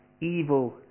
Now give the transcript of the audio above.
evil